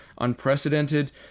unprecedented